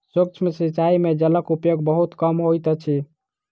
सूक्ष्म सिचाई में जलक उपयोग बहुत कम होइत अछि